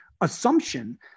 assumption